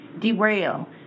derail